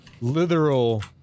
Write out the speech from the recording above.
literal